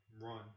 run